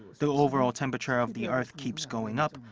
the overall temperature of the earth keeps going up,